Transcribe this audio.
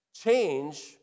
Change